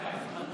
זה חוק אפרטהייד.